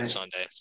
Sunday